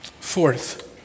Fourth